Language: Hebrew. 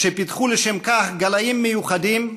שפיתחו לשם כך גלאים מיוחדים,